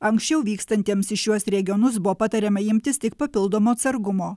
anksčiau vykstantiems į šiuos regionus buvo patariama imtis tik papildomo atsargumo